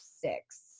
six